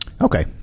okay